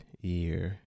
year